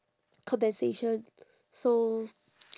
compensation so